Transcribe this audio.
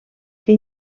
que